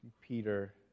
Peter